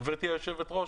גברתי היושבת-ראש,